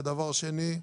ודבר שני,